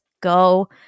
go